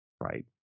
Right